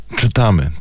czytamy